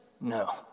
No